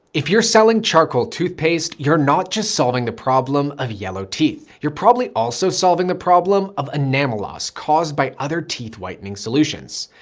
if you're selling charcoal toothpaste, you're not just solving the problem of yellow teeth. you're probably also solving the problem of enamel loss caused by other teeth whitening solutions.